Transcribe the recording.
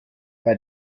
bei